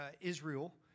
Israel